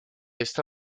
esta